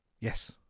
Yes